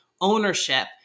ownership